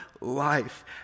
life